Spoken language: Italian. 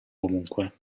comunque